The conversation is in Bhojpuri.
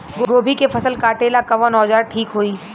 गोभी के फसल काटेला कवन औजार ठीक होई?